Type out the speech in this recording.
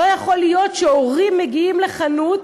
לא יכול להיות שהורים מגיעים לחנות,